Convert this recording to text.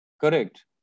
Correct